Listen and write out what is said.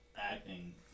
acting